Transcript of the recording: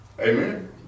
Amen